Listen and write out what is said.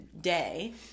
day